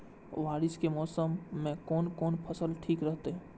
बारिश के मौसम में कोन कोन फसल ठीक रहते?